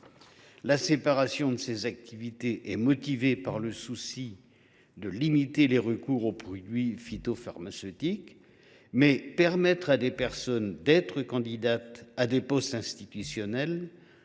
La séparation de ces activités est motivée par le souci de limiter les recours aux produits phytopharmaceutiques. Mais être candidat à un poste institutionnel